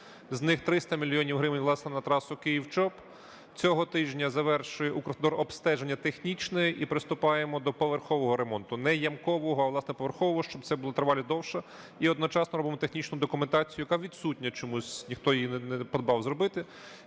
з них 300 мільйонів гривень, власне, на трасу Київ-Чоп. Цього тижня завершує Укравтодор обстеження технічно і приступаємо до поверхового ремонту, не ямкового, а, власне, поверхового, щоб це була тривалість довше, і одночасно робимо технічну документацію, яка відсутня чомусь, ніхто її не подбав зробити,